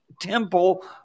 temple